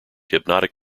hypnotic